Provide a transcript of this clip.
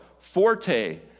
Forte